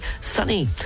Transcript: sunny